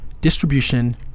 distribution